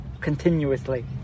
continuously